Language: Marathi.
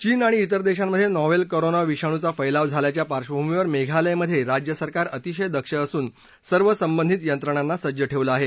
चीन आणि इतर देशांमध्ये नॉव्हेल कॉरोना विषाणूचा फल्ताव झाल्याच्या पार्बभूमीवर मेघालयमध्ये राज्य सरकार अतिशय दक्ष असून सर्व संबंधित यंत्रणांना सज्ज ठेवलं आहे